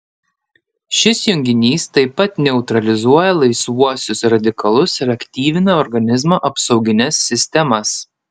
šis junginys taip pat neutralizuoja laisvuosius radikalus ir aktyvina organizmo apsaugines sistemas